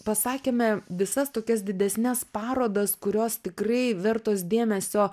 pasakėme visas tokias didesnes parodas kurios tikrai vertos dėmesio